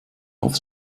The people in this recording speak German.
auf